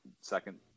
second